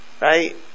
right